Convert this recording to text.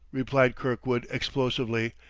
replied kirkwood explosively,